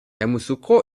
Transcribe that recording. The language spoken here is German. yamoussoukro